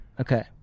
Okay